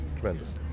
tremendous